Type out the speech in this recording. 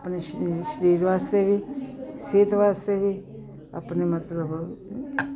ਆਪਣੇ ਸਰੀਰ ਸਰੀਰ ਵਾਸਤੇ ਵੀ ਸਿਹਤ ਵਾਸਤੇ ਵੀ ਆਪਣੇ ਮਤਲਬ